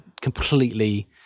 completely